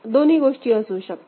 दोन गोष्टी असू शकतात